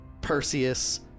Perseus